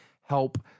help